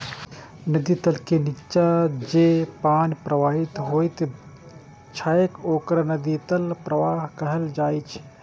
नदी तल के निच्चा जे पानि प्रवाहित होइत छैक ओकरा नदी तल प्रवाह कहल जाइ छै